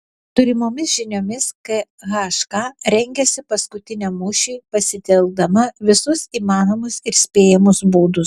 turimomis žiniomis khk rengiasi paskutiniam mūšiui pasitelkdama visus įmanomus ir spėjamus būdus